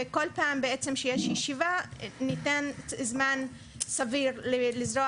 וכל פעם שיש ישיבה ניתן זמן סביר לזרוע